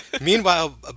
Meanwhile